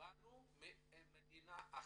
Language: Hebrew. באנו ממדינה אחת.